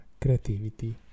creativity